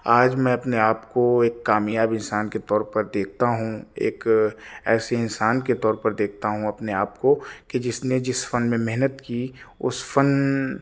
آج میں اپنے آپ کو ایک کامیاب انسان کے طور دیکھتا ہوں ایک ایسے انسان کے طور پر دیکھتا ہوں اپنے آپ کو کہ جس نے جس فن میں محنت کی اس فن